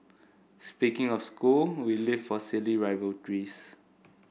speaking of school we live for silly rivalries